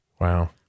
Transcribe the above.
Wow